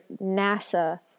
NASA